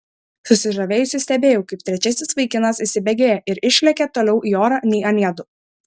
susižavėjusi stebėjau kaip trečiasis vaikinas įsibėgėja ir išlekia toliau į orą nei anie du